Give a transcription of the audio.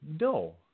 No